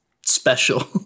special